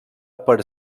per